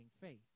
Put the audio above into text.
faith